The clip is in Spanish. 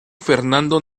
fernando